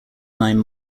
nine